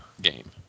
game